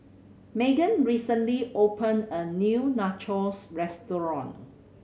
Meagan recently opened a new Nachos Restaurant